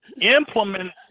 Implement